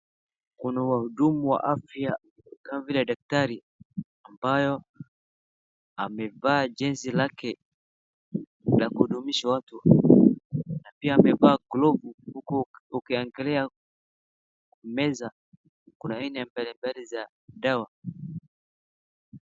Kuna wahudumu wa afya kama vile daktari ,ambayo amevaa jezi lake na kuhudumisha watu. Pia amevaa glovu huku akiangalia meza kuna aina mbalimbali za dawa.